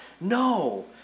No